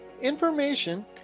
information